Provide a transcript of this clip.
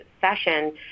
session